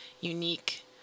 unique